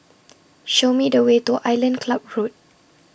Show Me The Way to Island Club Road